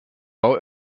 bau